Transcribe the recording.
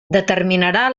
determinarà